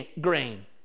grain